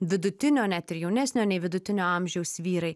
vidutinio net ir jaunesnio nei vidutinio amžiaus vyrai